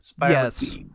Yes